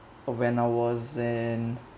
when I was in